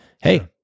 hey